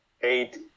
eight